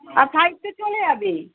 আর flight তো চলে যাবে